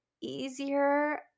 easier